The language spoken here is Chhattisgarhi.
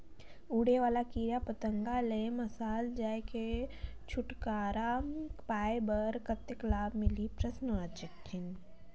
उड़े वाला कीरा पतंगा ले मशाल जलाय के छुटकारा पाय बर कतेक लाभ मिलही?